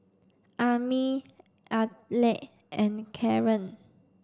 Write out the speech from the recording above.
Amir Aleck and Caren